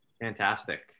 Fantastic